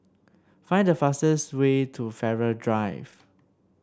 find the fastest way to Farrer Drive